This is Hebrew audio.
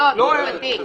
לא ערך צבור.